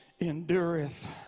endureth